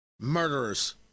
murderers